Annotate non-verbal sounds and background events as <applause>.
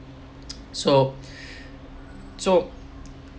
so <breath> so